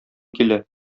килә